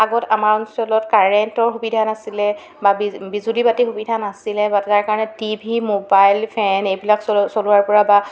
আগত আমাৰ অঞ্চলত কাৰেণ্টৰ সুবিধা নাছিলে বা বি বিজুলীবাতি সুবিধা নাছিলে বা তাৰকাৰণে টি ভি মোবাইল ফেন এইবিলাক চ চলোৱাৰ পৰা বা